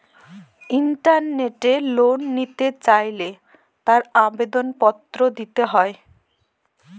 ইন্টারনেটে লোন নিতে চাইলে তার আবেদন পত্র দিতে হয়